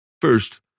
First